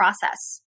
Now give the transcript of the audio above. process